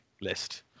List